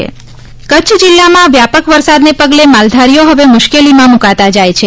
કચ્છમાં ઢોર મરણ કચ્છ જિલ્લામાં વ્યાપક વરસાદને પગલે માલધારીઓ હવે મુશ્કેલીમાં મુકાતા જાય છે